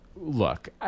look